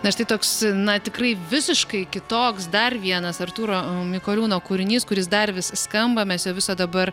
na štai toks na tikrai visiškai kitoks dar vienas artūro mikoliūno kūrinys kuris dar vis skamba mes jo viso dabar